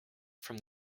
from